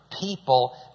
people